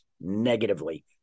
negatively